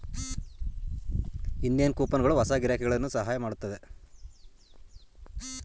ಇನ್ನೇನ್ ಕೂಪನ್ಗಳು ಹೊಸ ಗಿರಾಕಿಗಳನ್ನು ಸಹಾಯ ಮಾಡುತ್ತದೆ